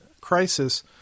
crisis